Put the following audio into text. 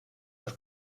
dos